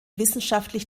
wissenschaftlich